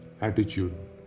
attitude